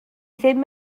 ddim